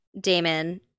damon